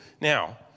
Now